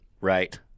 right